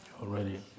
already